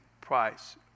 price